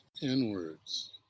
inwards